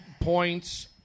points